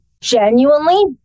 genuinely